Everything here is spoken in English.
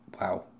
Wow